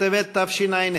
נזקקים,